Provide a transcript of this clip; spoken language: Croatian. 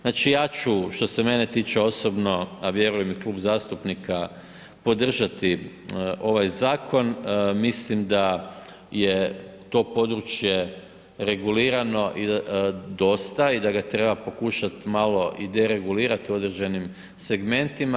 Znači ja ću što se mene tiče osobno, a vjerujem i klub zastupnika podržati ovaj zakon, mislim da je to područje regulirano dosta i da ga treba pokušati malo i deregulirati u određenim segmentima.